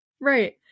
right